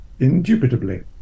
indubitably